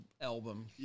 album